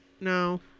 no